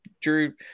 drew